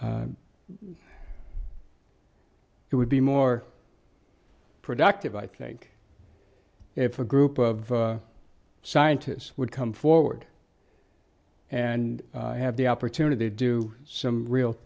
it would be more productive i think if a group of scientists would come forward and have the opportunity to do some real